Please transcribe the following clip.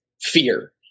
fear